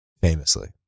Famously